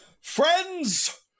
Friends